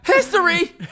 History